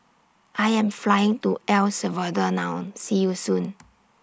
I Am Flying to El Salvador now See YOU Soon